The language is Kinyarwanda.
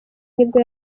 nibwo